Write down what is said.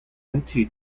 软体